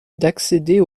d’accéder